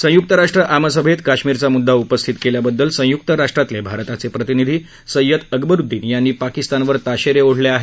संयुक्त राष्ट्र आमसभेत काश्मीरचा मुद्दा उपस्थित केल्याबद्दल संयुक्त राष्ट्रातले भारताचे प्रतिनिधी सय्यद अकबरुद्दीन यांनी पाकिस्तानवर ताशेरे ओढले आहेत